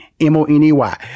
M-O-N-E-Y